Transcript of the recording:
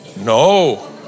No